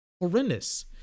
horrendous